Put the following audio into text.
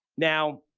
now,